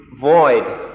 void